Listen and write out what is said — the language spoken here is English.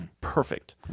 perfect